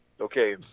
Okay